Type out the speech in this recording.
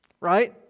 right